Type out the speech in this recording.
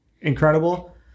incredible